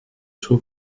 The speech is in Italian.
suo